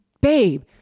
babe